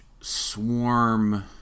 Swarm